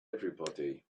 everybody